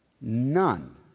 none